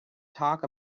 talk